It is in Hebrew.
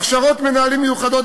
הכשרות מנהלים מיוחדות,